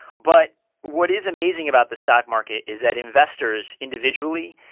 but what is amazing about the stock market is that investors individually,